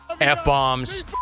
F-bombs